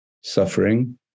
suffering